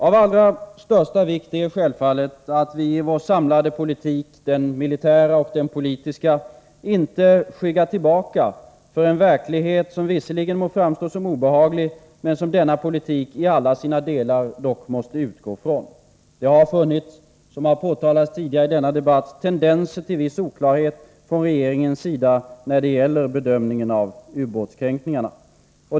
Av allra största vikt är självfallet att vi i vår samlade politik — den militära politiken och politiken i övrigt — inte skyggar tillbaka för en verklighet som visserligen må framstå som obehaglig men som denna politik i alla sina delar dock måste utgå från. Det har funnits, som har påtalats tidigare i denna debatt, tendenser till viss oklarhet från regeringens sida när det gäller bedömningen av ubåtskränkningarna.